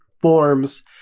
forms